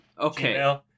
Okay